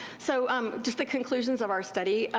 so um just the conclusions of our study.